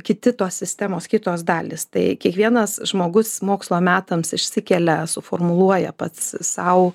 kiti tos sistemos kitos dalys tai kiekvienas žmogus mokslo metams išsikelia suformuluoja pats sau